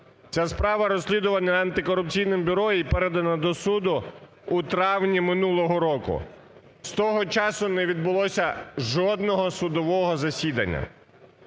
Ця справа розслідувана Антикорупційним бюро і передана до суду у травні минулого року. З того часу не відбулося жодного судового засідання.